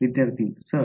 विद्यार्थी सर